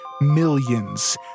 millions